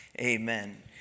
Amen